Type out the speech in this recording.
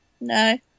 No